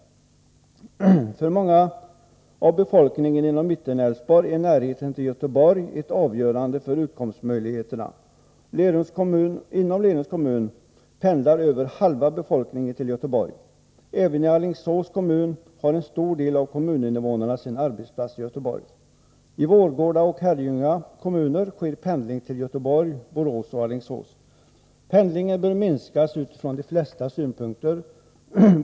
För många människor som bor i mellersta Älvsborg är närheten till Göteborg helt avgörande för utkomstmöjligheterna. Inom Lerums kommun pendlar över halva befolkningen till Göteborg. Även i Alingsås kommun har en stor del av kommuninvånarna sin arbetsplats i Göteborg. I Vårgårda och Herrljunga kommuner sker pendling till Göteborg, Borås och Alingsås. Pendlingen bör minska utifrån de flesta synpunkter.